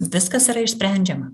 viskas yra išsprendžiama